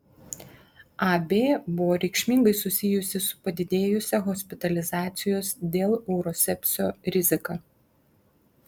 ab buvo reikšmingai susijusi su padidėjusia hospitalizacijos dėl urosepsio rizika